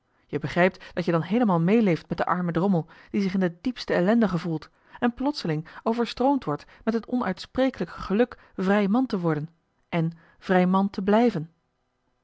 je begrijpt dat je dan heelemaal meeleeft met den armen drommel die zich in de diepste ellende gevoelt en plotseling overstroomd wordt met het onuitspreeklijke geluk vrij man te worden en vrij man te blijven